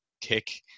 kick